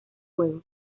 juego